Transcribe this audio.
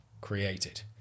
created